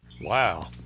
Wow